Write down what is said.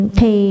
thì